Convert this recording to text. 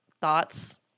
Thoughts